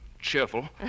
cheerful